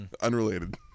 Unrelated